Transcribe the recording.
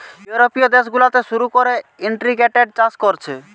ইউরোপীয় দেশ গুলাতে শুরু কোরে ইন্টিগ্রেটেড চাষ কোরছে